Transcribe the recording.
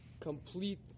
complete